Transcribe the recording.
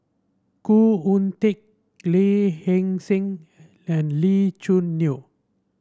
Khoo Oon Teik Lee Heng Seng and Lee Choo Neo